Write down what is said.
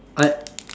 I